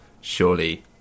surely